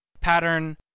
pattern